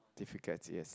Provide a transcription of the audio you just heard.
difficult yes